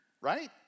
right